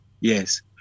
Yes